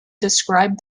describe